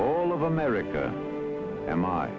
all of america and my